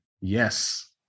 Yes